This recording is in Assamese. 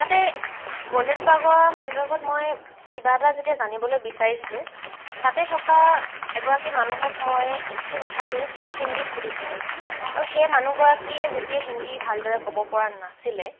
তাতে গল্ডেন পেগুডাৰ সন্দৰ্ভত মই কিবা এটা যেতিয়া জানিবলৈ বিচাৰিছিলো তাতে থকা এগৰাকী মানুহক মই সেই কথাটো হিন্দীত সুধিছিলো আৰু সেই মানুহগৰাকীয়ে যেতিয়া হিন্দী ভালদৰে ক'ব পৰা নাছিলে